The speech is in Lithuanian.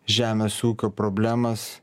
žemės ūkio problemas